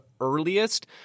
earliest